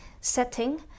setting